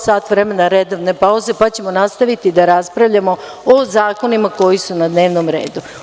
Sat vremena redovne pauze pa ćemo nastaviti da raspravljamo o zakonima koji su na dnevnom redu.